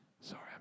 Sorry